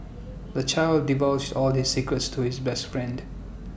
the child divulged all his secrets to his best friend